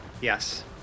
yes